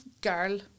girl